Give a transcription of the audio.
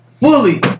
fully